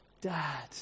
Dad